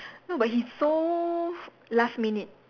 no but he's so last minute